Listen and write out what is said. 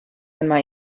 einmal